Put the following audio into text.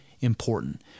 important